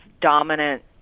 dominant